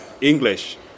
English